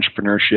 entrepreneurship